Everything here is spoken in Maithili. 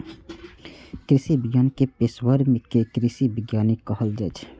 कृषि विज्ञान के पेशवर कें कृषि वैज्ञानिक कहल जाइ छै